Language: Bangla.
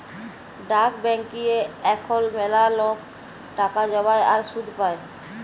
ডাক ব্যাংকিংয়ে এখল ম্যালা লক টাকা জ্যমায় আর সুদ পায়